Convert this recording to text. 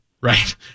Right